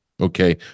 Okay